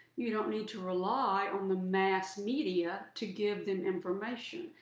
you don't need to rely on the mass media to give them information.